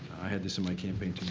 i had this in my campaign two